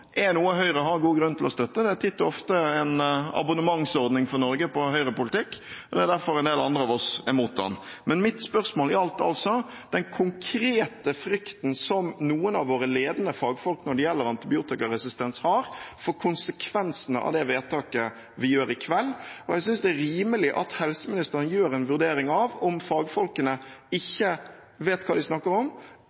er noe Høyre har god grunn til å støtte. Det er titt og ofte en abonnementsordning for Norge på høyrepolitikk. Det er derfor en del andre av oss er imot den. Men mitt spørsmål gjaldt altså den konkrete frykten som noen av våre ledende fagfolk når det gjelder antibiotikaresistens, har for konsekvensene av det vedtaket vi gjør i kveld. Jeg synes det er rimelig at helseministeren gjør en vurdering av om fagfolkene